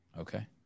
okay